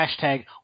hashtag